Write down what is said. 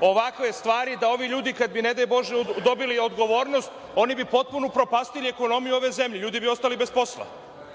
ovakve stvari, da ovi ljudi kad bi ne daj Bože dobili odgovornost, oni bi potpuno upropastili ekonomiju ove zemlje, ljudi bi ostali bez posla. Ja